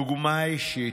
דוגמה אישית.